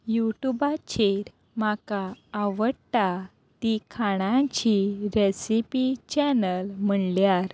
युटुबाचेर म्हाका आवडटा ती खाणांची रॅसिपी चॅनल म्हणल्यार